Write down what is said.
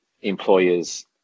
employers